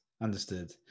understood